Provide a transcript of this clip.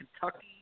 Kentucky